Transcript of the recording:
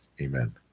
Amen